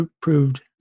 proved